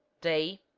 de